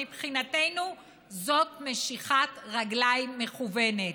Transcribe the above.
מבחינתנו זאת משיכת רגליים מכוונת,